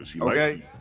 Okay